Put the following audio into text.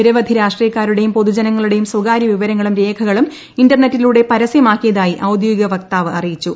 നിരവധി രാഷ്ട്രീയക്കാരുടെയും പൊതുജനങ്ങളുടെയും സ്വകാര്യ വിവരങ്ങളും രേഖകളും ഇന്റർനെറ്റിലൂടെ പരസൃമാക്കിയതായി ഔദ്യോഗിക വക്താവ് അറിയിച്ചു